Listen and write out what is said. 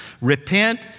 Repent